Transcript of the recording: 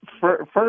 First